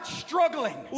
struggling